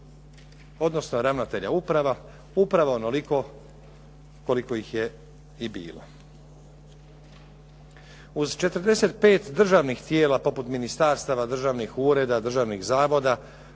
Odnosno ravnatelja uprava upravo onoliko koliko ih je i bilo. Uz 45 državnih tijela poput ministarstava, državnih ureda, državnih zavoda